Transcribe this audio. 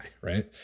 right